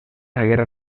haguera